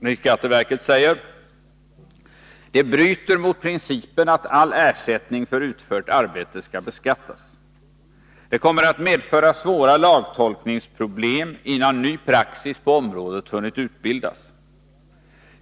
”Dels bryter det mot principen att all ersättning för utfört arbete skall beskattas och dels kommer svåra lagtolkningsproblem att uppstå innan ny praxis hunnit utbildas på området.